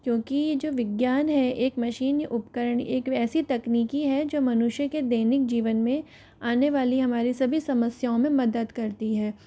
क्योंकि ये जो विज्ञान है एक मशीनी उपकरण एक ऐसी तकनीक है जो मनुष्य के दैनिक जीवन में आने वाली हमारी सभी समस्याओं में मदद करती है